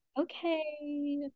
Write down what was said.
Okay